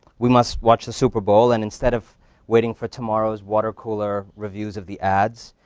we must watch the super bowl. and instead of waiting for tomorrow's water cooler reviews of the ads,